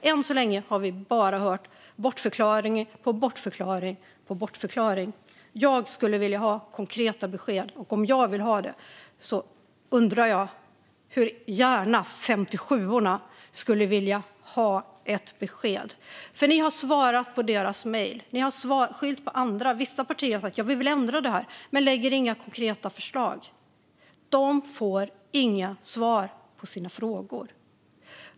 Än så länge har vi bara hört bortförklaring på bortförklaring. Jag skulle vilja ha konkreta besked - och om jag vill ha det undrar jag hur gärna 57:orna skulle vilja ha besked. Ni har svarat på deras mejl. Ni har skyllt på andra. Vissa partier har sagt att de vill ändra detta, men de lägger inte fram några konkreta förslag. 57:orna får inga svar på sina frågor.